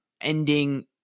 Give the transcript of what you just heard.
ending